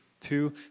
Two